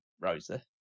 Rosa